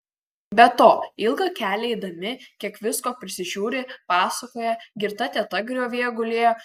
be to ilgą kelią eidami kiek visko prisižiūri pasakoja girta teta griovyje gulėjo